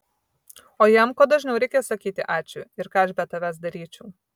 o jam kuo dažniau reikia sakyti ačiū ir ką aš be tavęs daryčiau